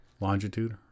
Longitude